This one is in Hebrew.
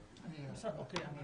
כן, אחוז הנשים.